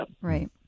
Right